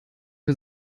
für